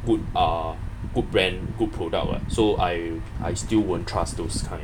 good uh good brand good product [what] so I I still won't trust those kind